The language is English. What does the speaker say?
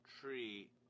tree